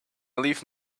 leave